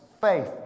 faith